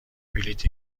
بلیت